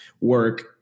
work